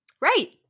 Right